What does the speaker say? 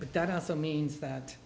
but that also means that